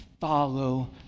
follow